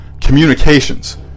communications